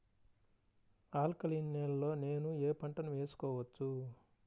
Alkaline నేలలో నేనూ ఏ పంటను వేసుకోవచ్చు?